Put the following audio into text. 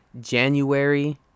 January